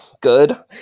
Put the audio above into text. good